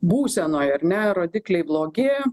būsenoj ar ne rodikliai blogėjo